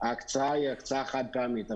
ההקצאה היא הקצאה חד-פעמית.